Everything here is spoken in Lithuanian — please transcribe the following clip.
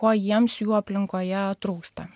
kuo jiems jų aplinkoje trūksta